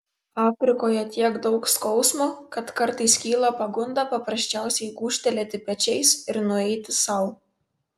afrikoje tiek daug skausmo kad kartais kyla pagunda paprasčiausiai gūžtelėti pečiais ir nueiti sau